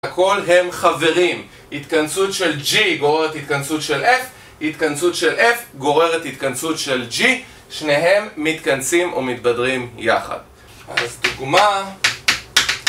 הכל הם חברים, התכנסות של G גוררת התכנסות של F, התכנסות של F גוררת התכנסות של G, שניהם מתכנסים או מתבדרים יחד אז דוגמה